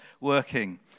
working